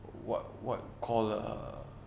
what what call uh